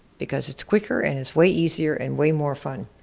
because it's quicker and it's way easier and way more fun.